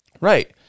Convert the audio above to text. right